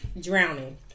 drowning